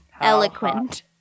Eloquent